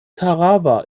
tarawa